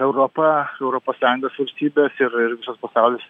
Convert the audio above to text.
europa europos sąjungos valstybės ir ir visas pasaulis